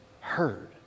heard